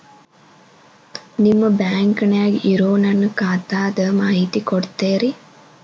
ನಿಮ್ಮ ಬ್ಯಾಂಕನ್ಯಾಗ ಇರೊ ನನ್ನ ಖಾತಾದ ಮಾಹಿತಿ ಕೊಡ್ತೇರಿ?